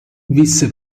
visse